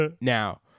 Now